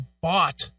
bought